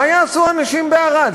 מה יעשו האנשים בערד?